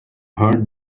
heard